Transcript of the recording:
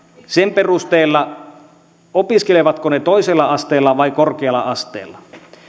sen perusteella opiskelevatko he toisella asteella vai korkealla asteella